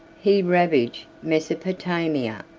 he ravaged mesopotamia,